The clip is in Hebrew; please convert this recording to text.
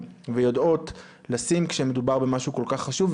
ויודעות לשים כאשר מדובר במשהו כל כך חשוב.